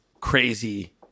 crazy